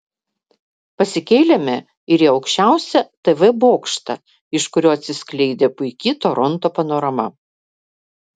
pasikėlėme ir į aukščiausią tv bokštą iš kurio atsiskleidė puiki toronto panorama